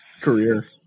career